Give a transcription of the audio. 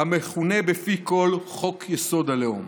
המכונה בפי כול חוק-יסוד: הלאום.